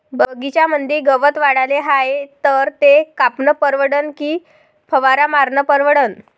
बगीच्यामंदी गवत वाढले हाये तर ते कापनं परवडन की फवारा मारनं परवडन?